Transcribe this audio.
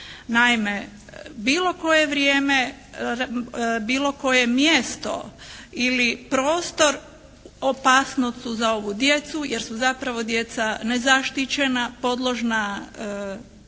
Naime, bilo koje vrijeme, bilo koje mjesto ili prostor, opasnost su za ovu djecu jer su zapravo djeca nezaštićena, podložna